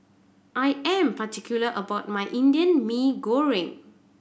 I am particular about my Indian Mee Goreng